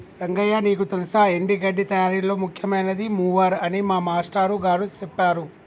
రంగయ్య నీకు తెల్సా ఎండి గడ్డి తయారీలో ముఖ్యమైనది మూవర్ అని మా మాష్టారు గారు సెప్పారు